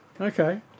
Okay